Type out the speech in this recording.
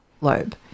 lobe